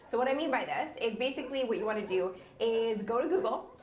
so what i mean by this is, basically what you want to do is go to google,